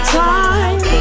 time